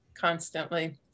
constantly